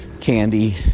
candy